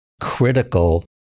critical